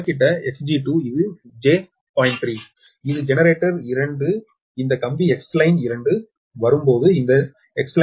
3 இது ஜெனரேட்டர் 2 இந்த கம்பி Xline 2 வரும் போது இது Xline 2j0